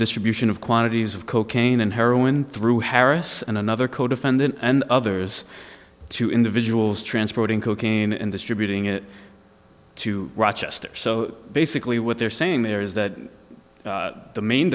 distribution of quantities of cocaine and heroin through harris and another codefendant and others two individuals transporting cocaine and distributing it to rochester so basically what they're saying there is that the main